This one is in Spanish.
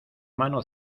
mano